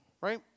right